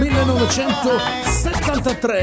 1973